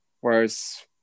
Whereas